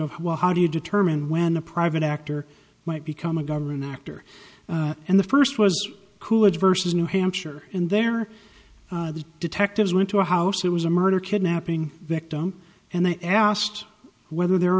why how do you determine when a private actor might become a government actor and the first was coolidge versus new hampshire and there are the detectives went to a house who was a murder kidnapping victim and they asked whether there are